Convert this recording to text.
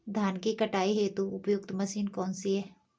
धान की कटाई हेतु उपयुक्त मशीन कौनसी है?